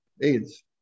AIDS